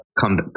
come